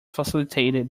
facilitated